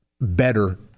better